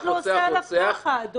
אף אחד לא עושה ככה, אדוני.